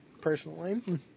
personally